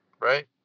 right